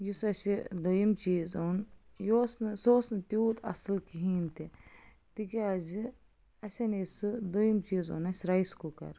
یُس اَسہِ یہِ دۄیِم چیٖز اوٚن یہِ اوس نہٕ سُہ اوس نہٕ تیوٗت اَصٕل کِہیٖنۍ تہِ تِکیٛازِ اَسہِ اَناے سُہ دۄیِم چیٖز اوٚن اَسہِ رایس کُکر